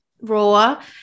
Raw